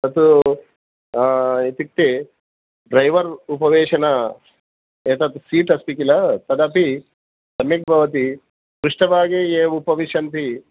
तत् इत्युक्ते ड्रैवर् उपवेशन एतत् सीट् अस्ति किल् तदपि सम्यक् भवति पृष्ठभागे ये उपविशन्ति